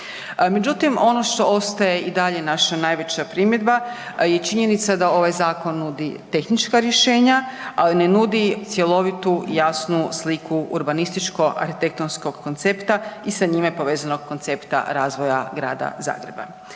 Međutim ono što ostaje i dalje naša najveća primjedba je činjenica da ovaj zakon nudi tehnička rješenja ali ne nudi cjelovitu i jasnu sliku urbanističko-arhitektonskog koncepta i sa njime povezanog koncepta razvoja grada Zagreba.